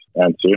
answer